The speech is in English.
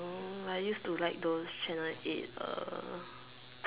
no I used to like those channel-eight uh